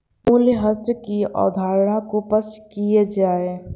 मूल्यह्रास की अवधारणा को स्पष्ट कीजिए